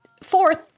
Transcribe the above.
Fourth